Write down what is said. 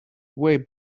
way